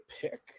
pick